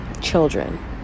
children